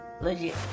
legit